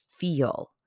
feel